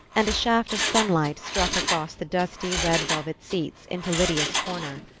and a shaft of sunlight struck across the dusty red velvet seats into lydia's corner.